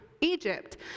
Egypt